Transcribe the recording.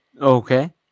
Okay